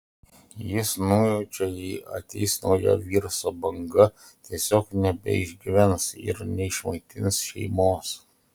jis nujaučia jei ateis nauja viruso banga tiesiog nebeišgyvens ir neišmaitins šeimos